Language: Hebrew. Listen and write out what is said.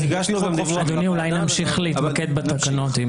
אם אפשר, אדוני, להמשיך להתמקד בתקנות.